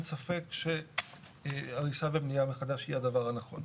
ספק שהריסה ובנייה מחדש היא הדבר הנכון.